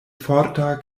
forta